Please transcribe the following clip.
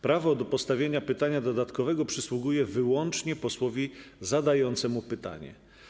Prawo do postawienia pytania dodatkowego przysługuje wyłącznie posłowi zadającemu pytanie.